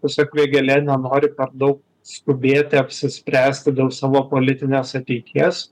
tiesiog vėgėlė nenori per daug skubėti apsispręsti dėl savo politinės ateities